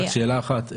סליחה, רק שאלה אחת.